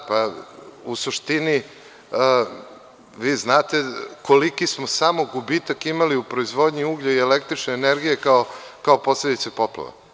U suštini vi znate koliki smo samo gubitak imali u proizvodnji uglja i električne energije kao posledice poplava.